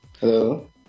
Hello